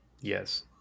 Yes